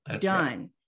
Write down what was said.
done